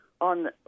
on